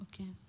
Okay